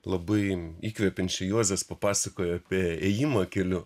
labai įkvepiančių juozas papasakojo apie ėjimą keliu